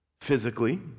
physically